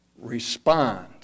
respond